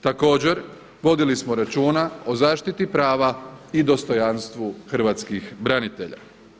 Također, vodili smo računa o zaštiti prava i dostojanstvu hrvatskih branitelja.